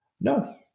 no